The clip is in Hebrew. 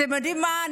אתם יודעים מה,